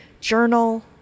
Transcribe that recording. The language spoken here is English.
journal